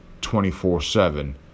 24-7